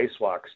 spacewalks